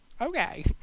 Okay